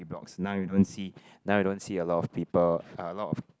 he blocks now you don't see now you don't see a lot of people a lot of